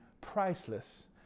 priceless